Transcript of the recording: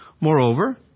Moreover